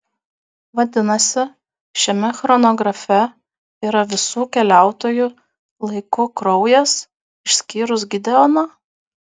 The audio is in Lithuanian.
vadinasi šiame chronografe yra visų keliautojų laiku kraujas išskyrus gideono